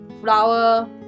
flower